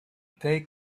they